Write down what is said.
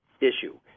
issue